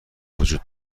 وجود